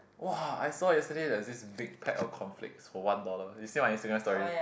!wah! I saw yesterday there was this big pack of cornflakes for one dollar you see my Instagram story